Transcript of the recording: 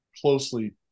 closely